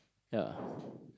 ya